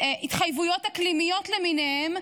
התחייבויות אקלימיות למיניהם,